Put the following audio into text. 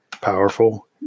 powerful